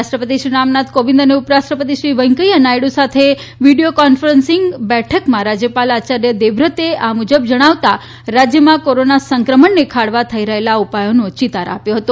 રાષ્ટ્ર તિ શ્રી રામનાથ કોવિંદે અને ઉપ રાષ્ટ્ર તિ શ્રી વૈકૈયાહ નાયડુ સાથે વીડીયો કોન્ફસરીંગ બેઠકમાં રાજય ાલ આયાર્ય દેવવ્રત એ આ મુજબ જણાવતા રાજયમાં કોરોના સંક્રમણને ખાળવા થઇ રહેલા ઉપાયોનો ચિતાર આપ્યો હતો